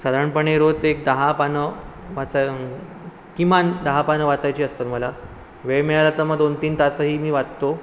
साधारणपणे रोज एक दहा पानं वाचायला किमान दहा पानं वाचायची असतात मला वेळ मिळाला तर मग दोन तीन तासही मी वाचतो